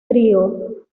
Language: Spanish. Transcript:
trío